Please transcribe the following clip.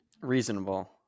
Reasonable